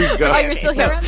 yeah go oh, you're still here,